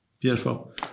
Beautiful